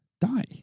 Die